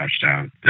touchdown